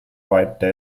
white